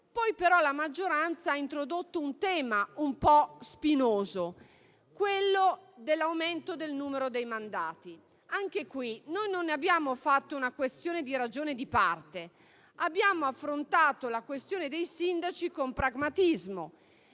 Poi però la maggioranza ha introdotto un tema un po' spinoso, quello dell'aumento del numero dei mandati. Anche in questo caso, noi non ne abbiamo fatto una questione di ragione di parte; abbiamo affrontato il tema dei sindaci con pragmatismo